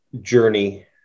journey